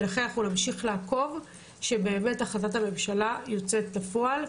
לכן אנחנו נמשיך לעקוב שהחלטת הממשלה יוצאת לפועל.